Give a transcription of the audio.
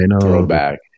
throwback